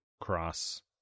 cross